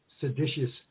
seditious